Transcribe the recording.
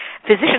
Physicians